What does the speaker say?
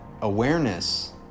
awareness